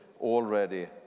already